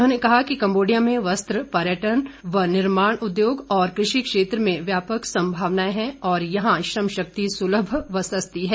उन्होंने कहा कि कंबोडिया में वस्त्र पर्यटन व निर्माण उद्योग और कृषि क्षेत्र में व्यापक संभावनाएं हैं और यहां श्रम शक्ति सुलम व सस्ती है